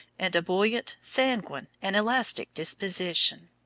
and a buoyant, sanguine, and elastic disposition.